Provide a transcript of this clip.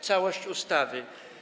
Całość ustawy.